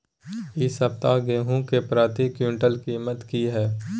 इ सप्ताह गेहूं के प्रति क्विंटल कीमत की हय?